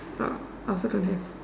orh I also don't have